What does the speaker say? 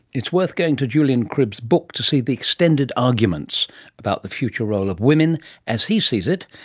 it's worth going to julian cribb's book to see the extended arguments about the future role of women as he sees it,